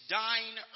dying